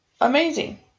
Amazing